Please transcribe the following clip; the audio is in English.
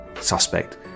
suspect